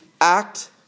act